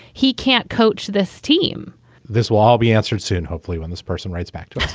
he can't coach this team this will all be answered soon, hopefully when this person writes back to us.